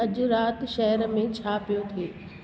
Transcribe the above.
अॼु राति शहर में छा पियो थिए